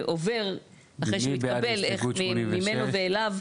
עובר, אחרי שמתקבל, ממנו ואליו.